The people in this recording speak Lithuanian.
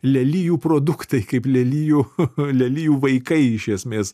lelijų produktai kaip lelijų lelijų vaikai iš esmės